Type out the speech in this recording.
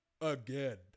again